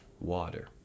Water